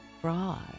fraud